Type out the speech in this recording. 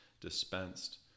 dispensed